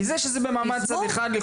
כי זה שזה במעמד צד אחד,